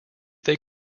they